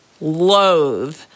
loathe